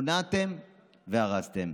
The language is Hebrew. הוניתם והרסתם.